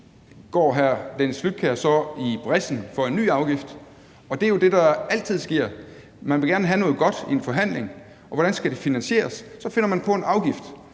går hr. Dennis Flydtkjær så i brechen for en ny afgift, og det er jo det, der altid sker. Man vil gerne have noget godt i en forhandling, og hvordan skal det finansieres? Man finder på en afgift.